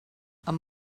amb